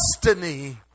destiny